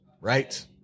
right